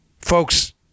Folks